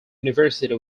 university